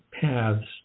paths